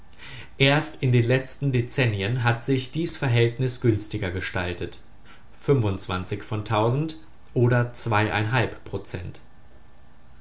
erst in den letzten dezennien hat sich dies verhältnis günstiger gestaltet von oder zweieinhalb prozent